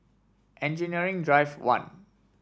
Engineering Drive One